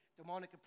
demonic